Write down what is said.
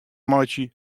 meitsje